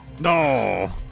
No